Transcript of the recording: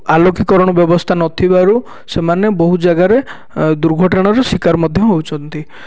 ଆଲୋକୀ କାରଣ ବ୍ୟବସ୍ଥା ନଥିବାରୁ ସେମାନେ ବହୁ ଜାଗାରେ ଦୁର୍ଘଟଣାର ଶିକାର ମଧ୍ୟ ହେଉଛନ୍ତି